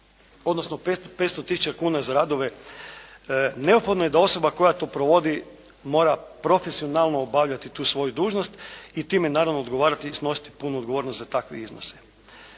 odnosno 500 tisuća kuna za radove, neophodno je da osoba koja to provodi mora profesionalno obavljati tu svoju dužnost i time naravno odgovarati i snositi punu odgovornost za takve iznose.